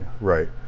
Right